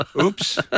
Oops